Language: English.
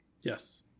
Yes